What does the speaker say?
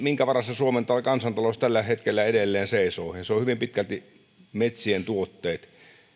minkä varassa suomen kansantalous tällä hetkellä edelleen seisoo se on hyvin pitkälti metsien tuotteet